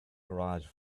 garage